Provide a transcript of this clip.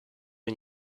and